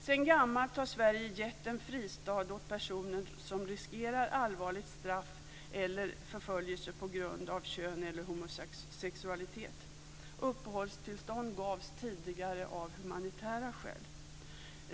Sedan gammalt har Sverige gett en fristad åt personer som riskerar allvarligt straff eller förföljelse på grund av kön eller homosexualitet. Uppehållstillstånd gavs tidigare av humanitära skäl.